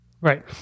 right